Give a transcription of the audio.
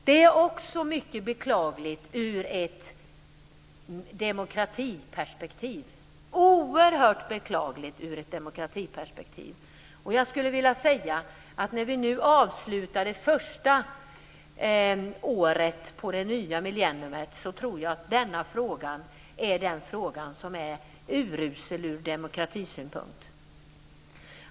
Det är också mycket beklagligt ur ett demokratiperspektiv - oerhört beklagligt. Jag skulle vilja säga, när vi nu avslutar det första året på det nya millenniet, att detta är en fråga som skötts uruselt ur demokratisynpunkt.